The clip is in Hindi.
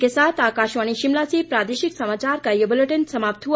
इसी के साथ आकाशवाणी शिमला से प्रादेशिक समाचार का ये बुलेटिन समाप्त हुआ